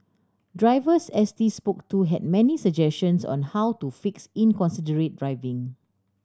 drivers S T spoke to had many suggestions on how to fix inconsiderate driving